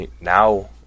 Now